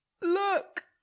Look